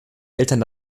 eltern